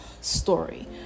story